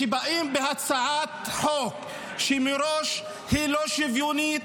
כשבאים בהצעת חוק שהיא מראש לא שוויונית,